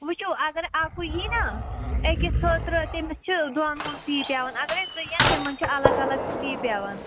وٕچھِو اگر اَکُے یی نا أکِس خٲطرٕ تٔمِس چھِ دۄن ہُنٛد فی پٮ۪وان اگرَے زٕ یِن تِمَن چھِ الگ الگ فی پٮ۪وان